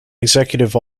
executive